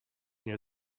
near